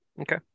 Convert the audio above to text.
Okay